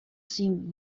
seemed